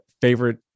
favorite